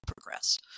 progress